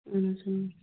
اَہن حظ اۭں